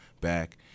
back